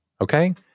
Okay